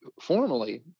formally